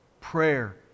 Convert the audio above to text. Prayer